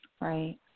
Right